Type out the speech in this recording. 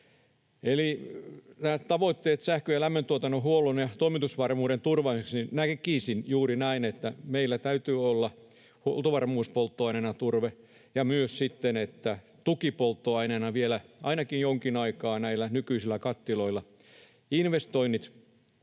olisi? Tavoitteissa sähkön ja lämmön tuotannon, huollon ja toimitusvarmuuden turvaamiseksi näkisin juuri näin, että meillä täytyy olla huoltovarmuuspolttoaineena turve ja myös tukipolttoaineena vielä ainakin jonkin aikaa näillä nykyisillä kattiloilla. Investoinnit